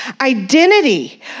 identity